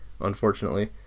unfortunately